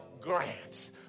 grants